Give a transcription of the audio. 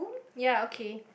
ya okay